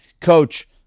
Coach